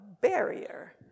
barrier